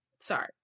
sorry